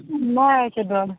नहि होइ छै डर